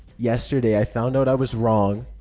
yesterday i found out i was wrong.